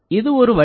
இது ஒரு வழி